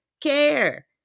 care